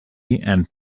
and